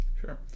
Sure